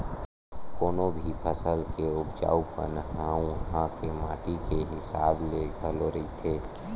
कोनो भी फसल के उपजाउ पन ह उहाँ के माटी के हिसाब ले घलो रहिथे